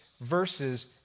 verses